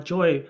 Joy